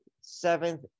seventh